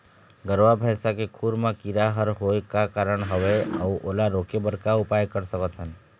गरवा भैंसा के खुर मा कीरा हर होय का कारण हवए अऊ ओला रोके बर का उपाय कर सकथन?